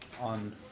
on